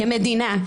כמדינה,